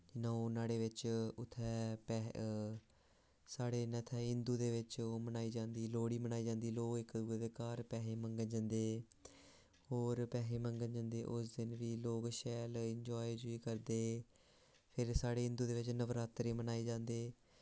कन्नै ओह् नुआढ़े बिच्च उत्थें पैहे साढ़े इत्थें ओह् हिंदु दे बिच्च ओह् मनाई जंदी लोह्ड़ी मनाई जंदी ते लोक इक दूए दे घर पैहे मंगन जंदे होर पैसे मंगन जंदे उस दिन फ्ही लोक शैल एंजॉय करदे फिर साढ़े हिंदु दे बिच्च नवरात्रे मनाए जांदे